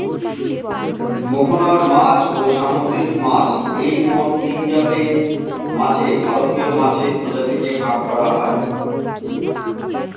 মোহনার মাছ, ও সামুদ্রিক মাছ এই মোট তিনজাতের মাছে ভারতীয় মাছের প্রজাতিকে ভাগ করা যায়